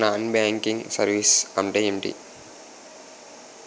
Non banking services అంటే ఎంటి?